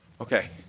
Okay